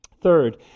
Third